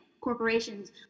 corporations